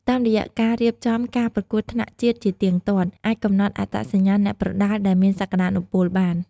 តាមរយៈការរៀបចំការប្រកួតថ្នាក់ជាតិជាទៀងទាត់ អាចកំណត់អត្តសញ្ញាណអ្នកប្រដាល់ដែលមានសក្ដានុពលបាន។